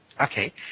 Okay